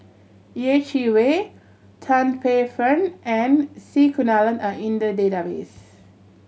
Yeh Chi Wei Tan Paey Fern and C Kunalan are in the database